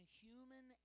human